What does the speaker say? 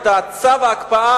את צו ההקפאה,